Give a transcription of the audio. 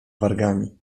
wargami